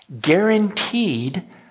guaranteed